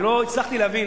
אני לא הצלחתי להבין,